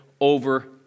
over